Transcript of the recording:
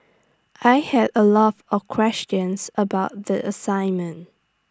I had A lot of questions about the assignment